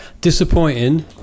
disappointing